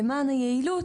למען היעילות,